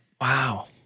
Wow